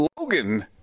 Logan